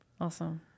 Awesome